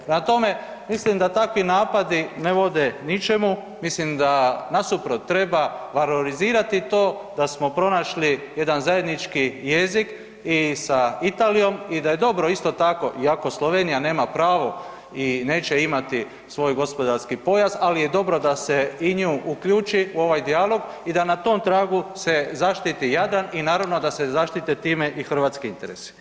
Na tome, mislim da takvi napadi ne vode ničemu, mislim da nasuprot treba valorizirati to da smo pronašli jedan zajednički jezik i sa Italijom i da je dobro isto tako iako Slovenija nema pravo i neće imati svoj gospodarski pojas, al je dobro da se i nju uključi u ovaj dijalog i da na tom tragu se zaštiti Jadran i naravno da se zaštite time i hrvatski interesi.